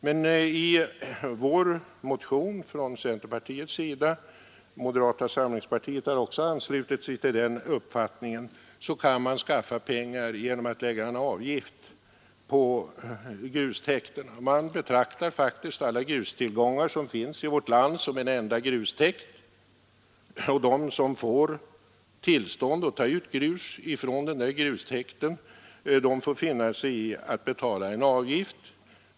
Vi säger i centerpartimotionen — moderata samlingspartiet har anslutit sig till den uppfattningen — att man kan skaffa pengar genom att på grustäkterna lägga en avgift. Man betraktar alla grustillgångar som finns i vårt land som en enda grustäkt, och de som får tillstånd att ta ut grus från den får finna sig i att betala en avgift.